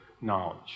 knowledge